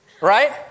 right